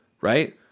right